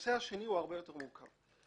הנושא השני הרבה יותר מורכב.